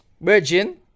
Virgin